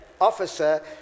officer